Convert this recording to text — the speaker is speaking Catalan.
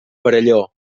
perelló